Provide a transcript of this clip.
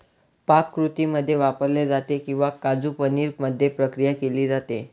पाककृतींमध्ये वापरले जाते किंवा काजू पनीर मध्ये प्रक्रिया केली जाते